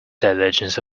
divergence